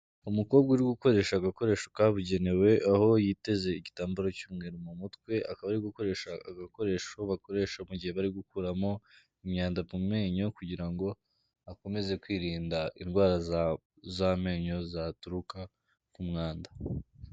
Umukobwa uri gukoresha agakoresho kabugenewe, aho yiteze igitambaro cy'umweru mu mutwe, akaba ari gukoresha agakoresho bakoresha mu gihe bari gukuramo imyanda mu menyo kugira ngo akomeze kwirinda indwara z'amenyo zaturuka ku mwanda.